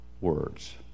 words